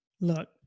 Look